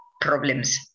problems